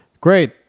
Great